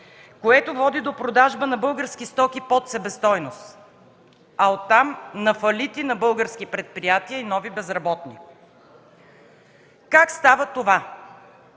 което води до продажба на български стоки под себестойност, а оттам – на фалити на български предприятия и нови безработни. Как става това?